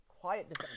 quiet